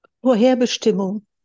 Vorherbestimmung